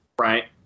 Right